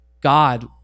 God